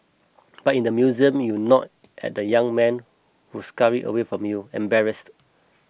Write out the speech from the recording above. but in the museum you nod at the young men who scurry away from you embarrassed